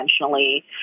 intentionally